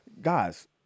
guys